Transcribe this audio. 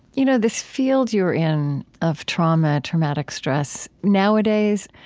you know this field you're in of trauma, traumatic stress, nowadays,